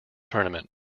tournament